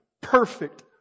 perfect